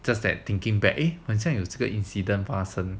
just that thinking back 很像有这个 incident 发生